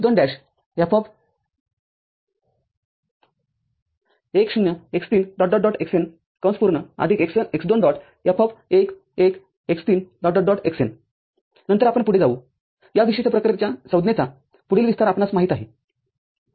F१ १ x३ xN नंतर आपण पुढे जाऊया विशिष्ट प्रकारच्या संज्ञेचा पुढील विस्तार आपणास माहित आहे